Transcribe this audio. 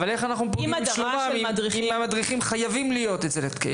אבל איך אנחנו פוגעים בשלומם אם המדריכים חייבים להיות אצל הקטינים?